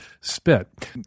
spit